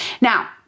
Now